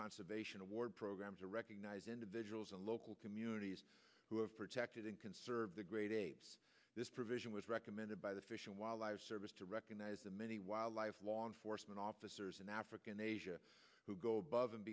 conservation award program to recognize individuals and local communities who have protected and conserve the great apes this provision was recommended by the fish and wildlife service to recognize the many wildlife law enforcement officers in africa and asia who go above and